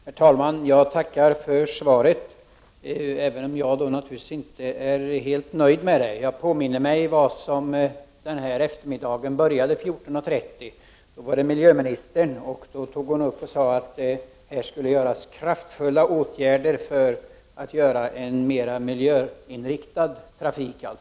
Herr talman! Jag tackar för svaret, även om jag naturligtvis inte är helt nöjd med det. Jag påminner mig hur denna eftermiddag började kl. 14.30. Miljöministern sade då att det skulle vidtas kraftfulla åtgärder för att skapa en mer miljöinriktad trafik.